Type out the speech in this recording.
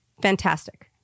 Fantastic